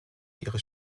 ihre